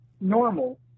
normal